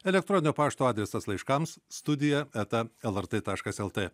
elektroninio pašto adresas laiškams studija eta lrt taškas lt